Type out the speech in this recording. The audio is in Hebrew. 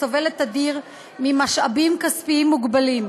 הסובלת תדיר ממשאבים כספיים מוגבלים.